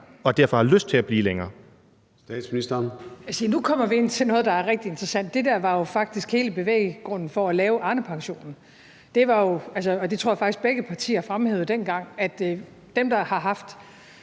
(Mette Frederiksen): Se, nu kommer vi ind til noget, der er rigtig interessant. Det der var jo faktisk hele bevæggrunden for at lave Arnepensionen, og det tror jeg faktisk begge partier fremhævede dengang, nemlig at dem, der har haft